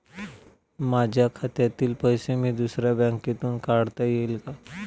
माझ्या खात्यातील पैसे मी दुसऱ्या बँकेतून काढता येतील का?